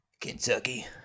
Kentucky